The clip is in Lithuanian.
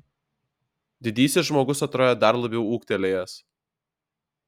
didysis žmogus atrodė dar labiau ūgtelėjęs